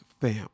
fam